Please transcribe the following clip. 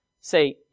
say